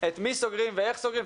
את מי סוגרים ואיך סוגרים,